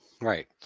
Right